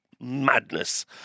madness